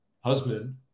husband